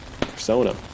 persona